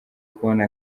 kubona